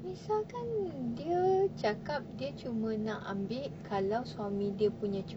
nisa kan dia cakap dia cuma nak ambil kalau suami dia punya cuti falls on ni